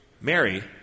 Mary